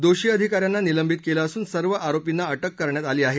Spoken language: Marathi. दोषी अधिका यांना निलंबित करण्यात आलं असून सर्व आरोपींना अटक करण्यात आली आहे